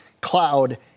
cloud